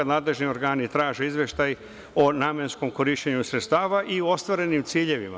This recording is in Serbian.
Nadležni organi traže izveštaj o namenskom korišćenju sredstava i ostvarenim ciljevima.